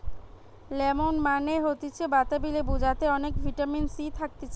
lemon মানে হতিছে বাতাবি লেবু যাতে অনেক ভিটামিন সি থাকতিছে